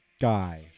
guy